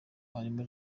harimo